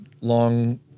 long